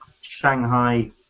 Shanghai